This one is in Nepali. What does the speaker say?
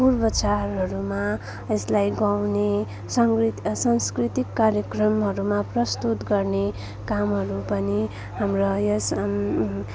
पूर्व चाडहरूमा यसलाई गाउने सङ्गीत सांस्कृतिक कार्यक्रमहरूमा प्रस्तुत गर्ने कामहरू पनि हाम्रो यस